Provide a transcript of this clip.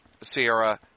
Sierra